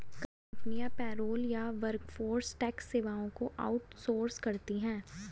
कई कंपनियां पेरोल या वर्कफोर्स टैक्स सेवाओं को आउट सोर्स करती है